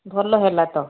ଭଲ ହେଲା ତ